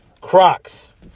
Crocs